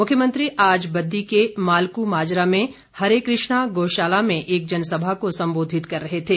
मुख्यमंत्री आज बद्दी के मालकू माजरा में हरे कृष्णा गोशाला में एक जनसभा को सम्बोधित कर रहे थे